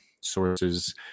sources